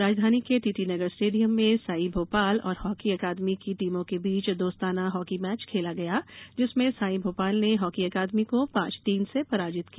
राजधानी के TT Nagar stadium में साई भोपाल और हॉकी अकादमी की टीमों के बीच दोस्ताना हॉकी मैच खेला गया जिसमें साई भोपाल ने हॉकी अकादमी को पांच तीन से पराजित किया